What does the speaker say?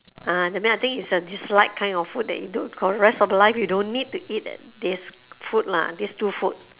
ah that means I think it's a dislike kind of food that you don't for the rest of your life you don't need to eat at these food lah these two food